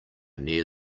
near